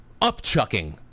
upchucking